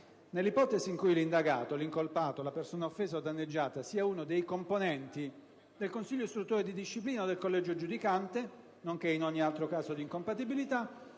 «Nell'ipotesi in cui l'indagato, l'incolpato, la persona offesa o danneggiata sia uno dei componenti del Consiglio istruttore di disciplina o del Collegio giudicante di disciplina, nonché in ogni altro caso di incompatibilità,